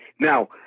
Now